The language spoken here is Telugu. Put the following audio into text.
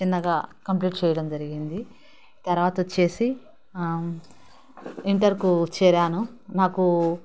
చిన్నగా కంప్లీట్ చేయడం జరిగింది తర్వాత వచ్చేసి ఇంటర్కు చేరాను నాకు